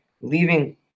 leaving